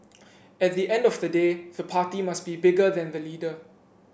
at the end of the day the party must be bigger than the leader